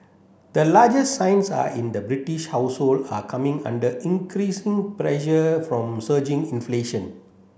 the largest signs are in the British household are coming under increasing pressure from surging inflation